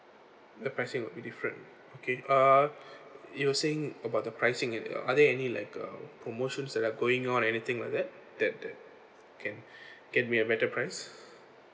the pricing will be different okay uh you were saying about the pricing it uh are there any like uh promotions that are going on anything like that that that can can be a better price